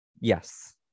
Yes